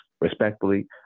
respectfully